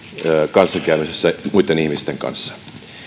kanssakäymisessä muitten ihmisten kanssa